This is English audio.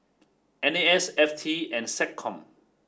N A S F T and SecCom